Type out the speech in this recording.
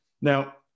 Now